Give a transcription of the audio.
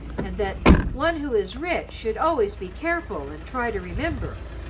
and that one who is rich should always be careful and try to remember.